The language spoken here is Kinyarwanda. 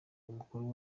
mukuru